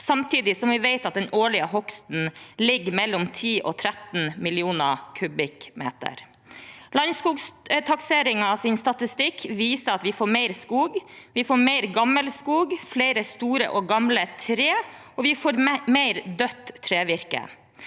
samtidig som vi vet at den årlige hogsten ligger mellom 10 millioner m³ og 13 millioner m³. Landsskogtakseringens statistikk viser at vi får mer skog, vi får mer gammel skog, vi får flere store og gamle trær, og vi får mer dødt trevirke.